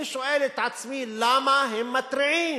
אני שואל את עצמי, למה הם מתריעים?